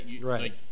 Right